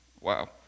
Wow